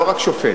לא רק שופט,